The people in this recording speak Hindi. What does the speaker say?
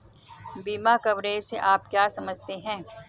बीमा कवरेज से आप क्या समझते हैं?